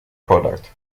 product